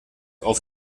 auf